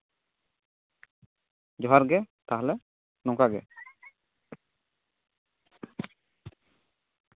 ᱡᱚᱦᱟᱨᱜᱮ ᱛᱟᱦᱞᱮ ᱱᱚᱝᱠᱟ ᱜᱮ